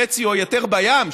חצי או יותר בים,